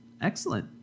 Excellent